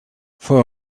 for